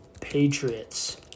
Patriots